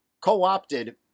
co-opted